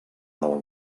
del